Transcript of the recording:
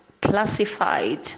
classified